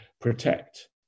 protect